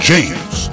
James